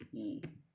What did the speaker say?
mm